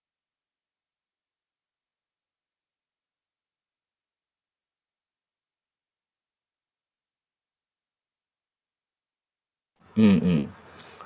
mm mm